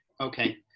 okay